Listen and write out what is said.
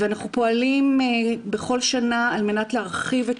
ואנחנו פועלים בכל שנה על מנת להרחיב את